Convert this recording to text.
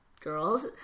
girls